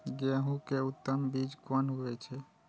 गेंहू के उत्तम बीज कोन होय छे?